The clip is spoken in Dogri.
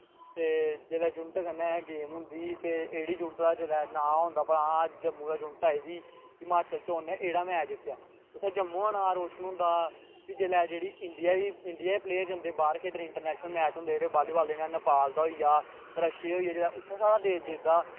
ते जिसलै जुनिट कन्नै गेम होंदी ते एह्कड़ी जुनिट दा नांऽ होंदा भला हां जम्मू दा जुनिट आई दी हिमाचल चा उन्न एह्ड़ा मैच जित्तेआ इत्थैं जम्मू दा नांऽ रोशन होंदा जिसलै जेह्ड़े इंडिया दे प्लेयर जंदे बाह्र खेढने गी इंट्रनैशनल मैच होंदे जेह्ड़े बॉल्ली बॉल दे जि'यां नेपाल दा होई गेआ रशिया दा होई गेआ उत्थें साढ़ा देश जित्तदा